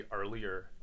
earlier